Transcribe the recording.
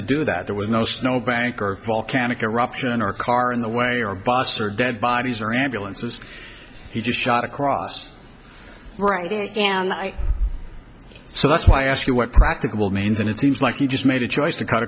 to do that there was no snow bank or volcanic eruption or car in the way or bus or dead bodies or ambulances he just shot across right and i so that's why i ask you what practicable means and it seems like he just made a choice to cut